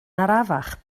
arafach